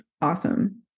awesome